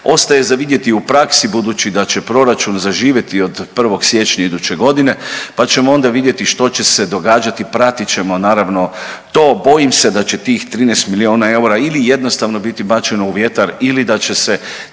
ostaje za vidjeti u praksi budući da će proračun zaživjeti od 1. siječnja iduće godine pa ćemo onda vidjeti što će se događati. Pratit ćemo naravno to, bojim se da će tih 13 miliona eura ili jednostavno biti bačeno u vjetar ili da će tamo